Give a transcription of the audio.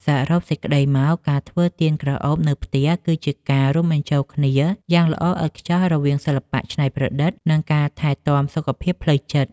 សរុបសេចក្ដីមក ការធ្វើទៀនក្រអូបនៅផ្ទះ គឺជាការរួមបញ្ចូលគ្នាយ៉ាងល្អឥតខ្ចោះរវាង សិល្បៈច្នៃប្រឌិត និងការថែទាំសុខភាពផ្លូវចិត្ត។